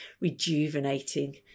rejuvenating